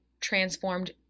transformed